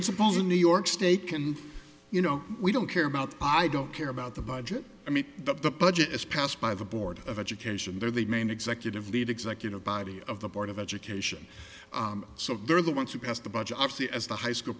principles in new york state can you know we don't care about i don't care about the budget i mean the budget is passed by the board of education they're the main executive lead executive body of the board of education so they're the ones who pass the budget up see as the high school